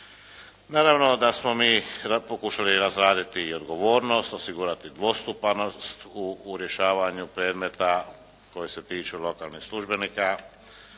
Naravno da smo mi pokušali razraditi i odgovornost, osigurati dvostupanost u rješavanju predmeta koji se tiču lokalnih službenika,